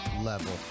level